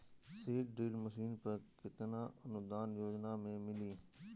Seed drill machine पर केतना अनुदान योजना में मिली?